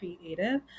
creative